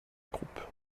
croupe